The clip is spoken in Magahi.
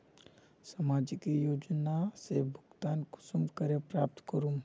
सामाजिक योजना से भुगतान कुंसम करे प्राप्त करूम?